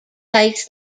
tastes